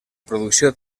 producció